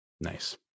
Nice